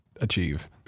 achieve